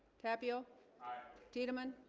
tapio tiedemann